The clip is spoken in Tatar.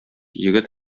егет